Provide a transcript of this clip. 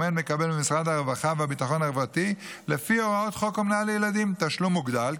האומן מקבל ממשרד הרווחה והביטחון החברתי תשלום מוגדל,